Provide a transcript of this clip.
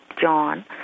John